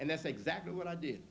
and that's exactly what i did